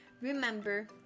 remember